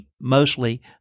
mostly